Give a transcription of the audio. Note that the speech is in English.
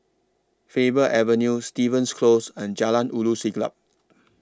Faber Avenue Stevens Close and Jalan Ulu Siglap